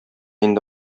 инде